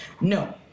No